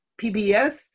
PBS